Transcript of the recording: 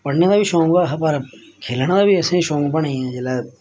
पढ़ने दा बी शौंक हा पर खेलने दा बी असें शौक बनी गेआ जेल्लै